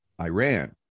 Iran